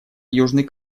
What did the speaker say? южный